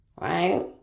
Right